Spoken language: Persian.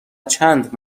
چند